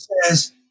says